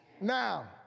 now